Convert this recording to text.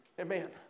Amen